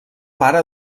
pare